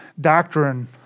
doctrine